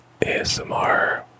ASMR